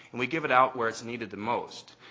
and we give it out where it's needed the most.